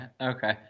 okay